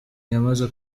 yamaze